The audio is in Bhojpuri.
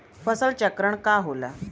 फसल चक्रण का होला?